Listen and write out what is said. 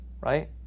right